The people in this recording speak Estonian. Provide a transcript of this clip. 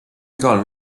igal